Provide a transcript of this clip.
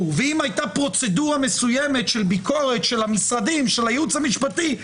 ואם הייתה פרוצדורה מסוימת של ביקורת של המשרדים ושל הייעוץ המשפטי,